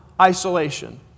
isolation